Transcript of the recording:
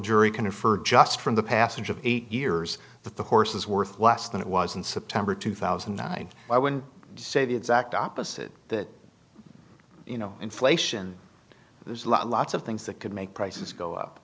jury can infer just from the passage of eight years that the horse is worth less than it was in september two thousand and nine i would say the exact opposite that you know inflation there's a lot lots of things that could make prices go